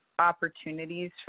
opportunities